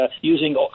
using